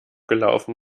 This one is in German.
gelaufen